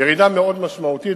ירידה מאוד משמעותית,